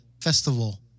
festival